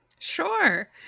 Sure